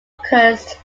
focused